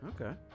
Okay